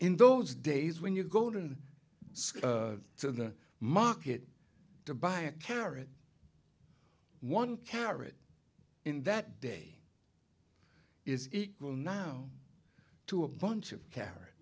in those days when you're golden so the market to buy a carrot one carrot in that day is equal now to a bunch of carrots